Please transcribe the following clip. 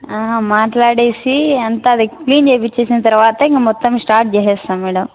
హ మాట్లాడేసి అంతా అది క్లీన్ చేయించేసిన తర్వాత ఇంక మొత్తం స్టార్ట్ చేసేస్తాం మేడం